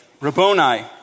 Rabboni